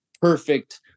perfect